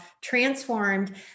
transformed